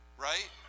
right